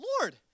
Lord